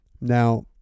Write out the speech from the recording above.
Now